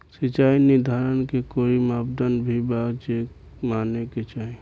सिचाई निर्धारण के कोई मापदंड भी बा जे माने के चाही?